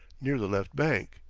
near the left bank,